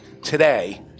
today